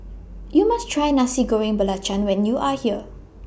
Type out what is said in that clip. YOU must Try Nasi Goreng Belacan when YOU Are here